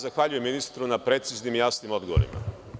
Zahvaljujem se ministru na preciznim i jasnim odgovorima.